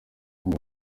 ndi